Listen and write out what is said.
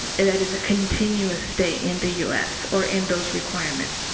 it is a continuous stay in the u s. or in those requirements.